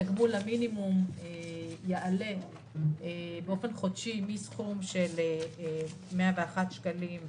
תגמול המינימום יעלה באופן חודשי מסכום של 101 שקלים,